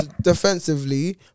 defensively